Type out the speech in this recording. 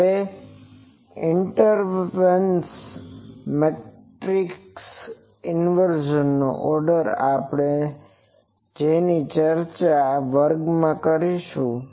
હવે inversion matrix ઇન્વર્ઝનનો order આપણે જેની ચર્ચા વર્ગ એકમાં કરીશું